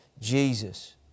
Jesus